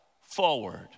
forward